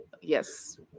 yes